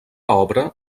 obra